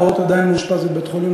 הפעוט עדיין מאושפז בבית-חולים,